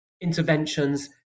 interventions